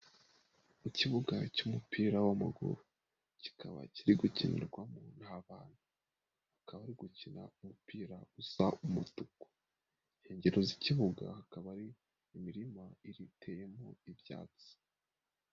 Mu kibuga cy'umupira w'amaguru, kikaba kiri gukinirwamo abantu bakaba gukina umupira usa umutu, kukegeroro z'ikibuga hakaba hari imirima iriteyemo ibyatsi.